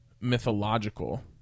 mythological